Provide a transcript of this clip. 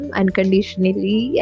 unconditionally